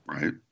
right